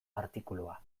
artikulua